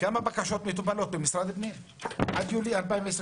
כמה בקשות מטופלות במשרד הפנים עד יולי 2021?